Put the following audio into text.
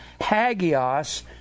hagios